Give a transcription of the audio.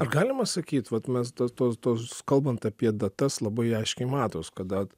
ar galima sakyt vat mes tos tos kalbant apie datas labai aiškiai matosi kad